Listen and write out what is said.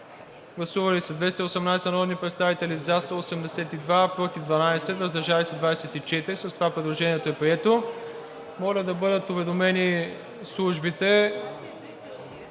Гласували 218 народни представители: за 182, против 12, въздържали се 24. Предложението е прието. Моля да бъдат уведомени службите